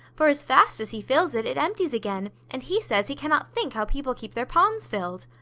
for as fast as he fills it, it empties again, and he says he cannot think how people keep their ponds filled.